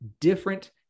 different